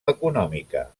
econòmica